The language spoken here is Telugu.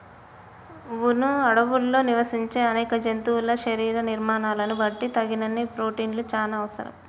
వును అడవుల్లో నివసించే అనేక జంతువుల శరీర నిర్మాణాలను బట్టి తగినన్ని ప్రోటిన్లు చానా అవసరం